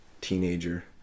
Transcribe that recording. teenager